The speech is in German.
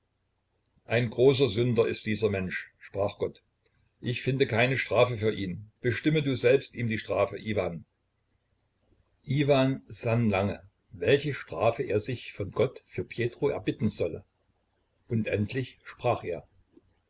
ein großer sünder ist dieser mensch sprach gott ich finde keine strafe für ihn bestimme du selbst ihm die strafe iwan iwan sann lange welche strafe er sich von gott für pjetro erbitten solle und endlich sprach er